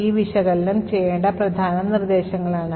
ഇവ വിശകലനം ചെയ്യേണ്ട പ്രധാന നിർദ്ദേശങ്ങളാണ്